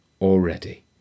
already